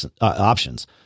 options